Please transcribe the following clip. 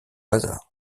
hasard